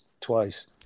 twice